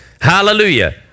hallelujah